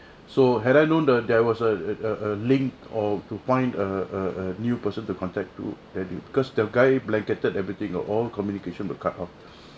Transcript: so had I known that there was a a a a link or to find a a a new person to contact to then because the guy blanketed everything oh all communication were cut off